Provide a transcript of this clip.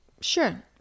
Sure